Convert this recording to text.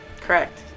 Correct